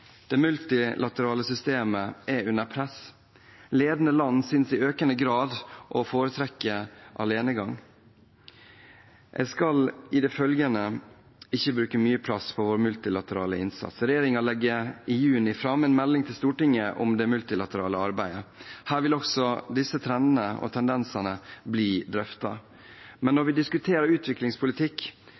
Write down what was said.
Det multilaterale systemet er under press. Ledende land synes i økende grad å foretrekke alenegang. Jeg skal i det følgende ikke bruke mye plass på vår multilaterale innsats. Regjeringen legger i juni fram en melding til Stortinget om det multilaterale arbeidet. Her vil også disse trendene og tendensene bli drøftet. Men når vi diskuterer utviklingspolitikk,